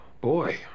Boy